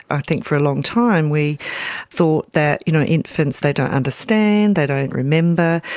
i think for a long time we thought that you know infants, they don't understand, they don't remember.